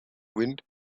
wind